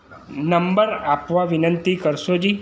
number આપવા વિનંતી કરશોજી